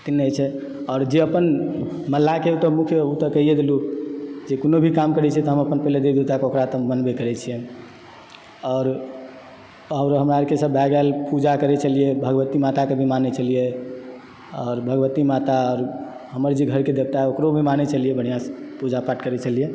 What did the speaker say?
नहि छै आओर जे अपन मल्लाह्के ओ मुख्य ओ तऽ कहिए देलूँ जे कोनो भी काम करै छै तऽ हम अपन पहिले देवी देवता के ओकरा बनबैत रहै छियै हम आओर हमरा अरके ईसभ भए गेल पूजा करैत छलियै भगवती माताके भी मानैत छलियै आओर भगवती माता आओर हमर जे घरके देवता अछि ओकरो भी मानैत छलियै बढ़िआँसँ पूजापाठ करैत छलियै